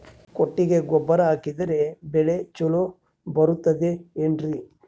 ಕೊಟ್ಟಿಗೆ ಗೊಬ್ಬರ ಹಾಕಿದರೆ ಬೆಳೆ ಚೊಲೊ ಬರುತ್ತದೆ ಏನ್ರಿ?